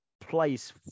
place